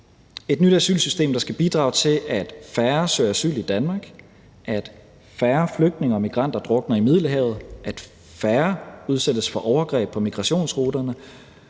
et nyt asylsystem, der skal bidrage til, at færre søger asyl i Danmark, at færre flygtninge og migranter drukner i Middelhavet, at færre udsættes for overgreb på migrationsruterne,